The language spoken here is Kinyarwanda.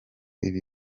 ibi